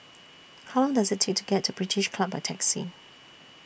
How Long Does IT Take to get to British Club By Taxi